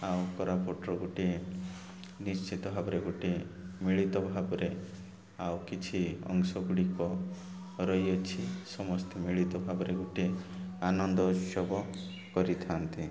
ଆଉ କୋରାପୁଟର ଗୋଟିଏ ନିଶ୍ଚିତ ଭାବରେ ଗୋଟିଏ ମିଳିତ ଭାବରେ ଆଉ କିଛି ଅଂଶ ଗୁଡ଼ିକ ରହିଅଛି ସମସ୍ତେ ମିଳିତ ଭାବରେ ଗୋଟଏ ଆନନ୍ଦ ଉତ୍ସବ କରିଥାନ୍ତି